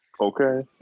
Okay